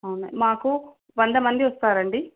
అవునా మాకు వంద మంది వస్తారండి